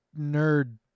nerd